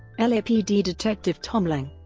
lapd detective tom lange,